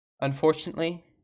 unfortunately